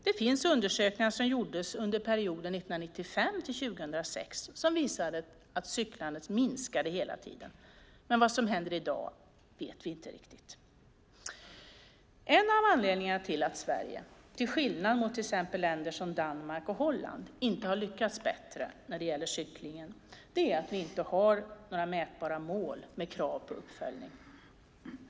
Det finns undersökningar som gjordes under perioden 1995-2006 som visade att cyklandet minskade hela tiden. Vad som händer i dag vet vi inte riktigt. En av anledningarna till att Sverige, till skillnad mot till exempel länder som Danmark och Holland, inte har lyckats bättre när det gäller cyklingen är att vi inte har haft några mätbara mål med krav på uppföljning.